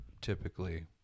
Typically